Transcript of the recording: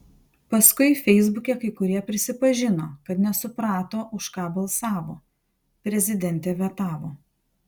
paskui feisbuke kai kurie prisipažino kad nesuprato už ką balsavo prezidentė vetavo